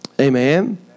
Amen